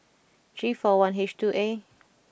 G four I H two A